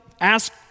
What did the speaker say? Ask